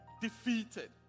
defeated